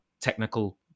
technical